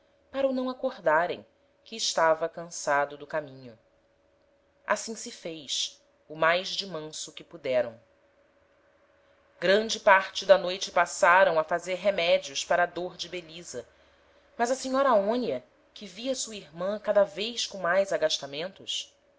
para o não acordarem que estava cansado do caminho assim se fez o mais de manso que puderam grande parte da noite passaram a fazer remedios para a dôr de belisa mas a senhora aonia que via sua irman cada vez com mais